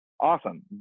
awesome